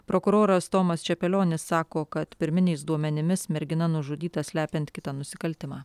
prokuroras tomas čepelionis sako kad pirminiais duomenimis mergina nužudyta slepiant kitą nusikaltimą